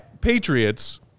Patriots